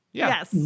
Yes